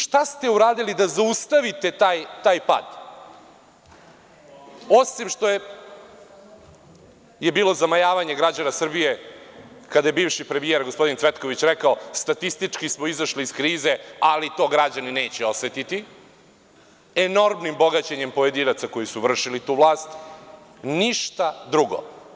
Šta ste uradili da zaustavite taj pad, osim što je bilo zamajavanje građana Srbije kada je bivši premijer, gospodin Cvetković rekao – statistički smo izašli iz krize, ali to građani neće osetiti, enormnim bogaćenjem pojedinaca koji su vršili tu vlast, ništa drugo.